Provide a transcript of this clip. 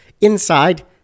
inside